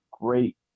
great